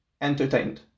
entertained